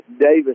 Davis